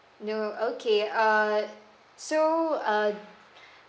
no okay err so uh